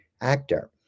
actor